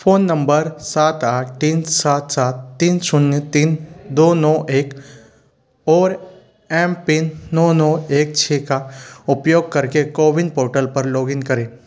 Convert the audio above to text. phone number सात आठ तीन सात सात तीन शून्य तीन दो नौ एक और एम पिन नौ नौ एक छः का उपयोग कर के कोविन पोर्टल पर लॉग इन करें